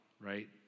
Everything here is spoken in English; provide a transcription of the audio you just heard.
right